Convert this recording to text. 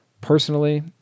Personally